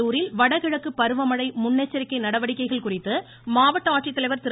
கடலூரில் வடகிழக்கு பருவமழை முன்னெச்சரிக்கை நடவடிக்கைகள் குறித்து மாவட்ட ஆட்சித்தலைவர் திரு